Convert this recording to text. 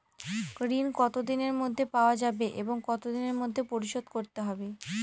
ঋণ কতদিনের মধ্যে পাওয়া যাবে এবং কত দিনের মধ্যে পরিশোধ করতে হবে?